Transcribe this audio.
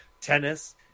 tennis